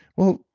well,